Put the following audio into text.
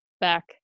back